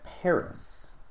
Paris